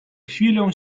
chwilą